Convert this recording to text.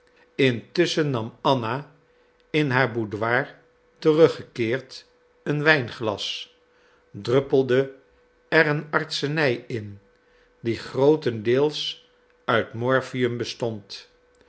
intusschen nam anna in haar boudoir teruggekeerd een wijnglas druppelde er een artsenij in die grootendeels uit morphium bestond